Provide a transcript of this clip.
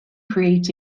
creates